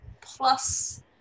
plus